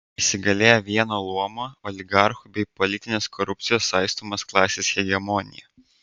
įsigalėjo vieno luomo oligarchų bei politinės korupcijos saistomos klasės hegemonija